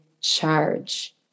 charge